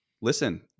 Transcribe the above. listen